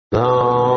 No